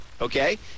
okay